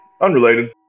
unrelated